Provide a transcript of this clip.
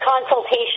consultation